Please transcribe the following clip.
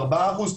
ארבעה אחוז,